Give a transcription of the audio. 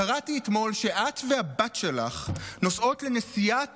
קראתי אתמול שאת והבת שלך נוסעות בנסיעת